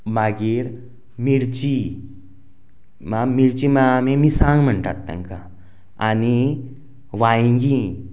मागीर मिरची मिरची म्हळ्या आमी मिरसांग म्हणटात तेंकां आनी वांयगीं